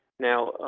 now,